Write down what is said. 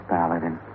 Paladin